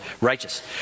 Righteous